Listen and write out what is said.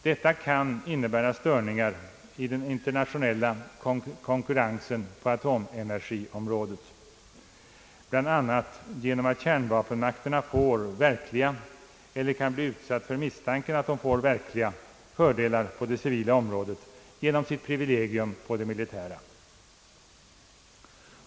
Detta kan innebära störningar i den internationella konkurrensen på atomenergiområdet, bl.a. genom att kärnvapenmakterna får verkliga eller kan bli utsatta för misstanken att de får verkliga fördelar på det civila området genom sitt privilegium på det militära.